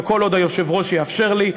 וכל עוד היושב-ראש יאשר לי,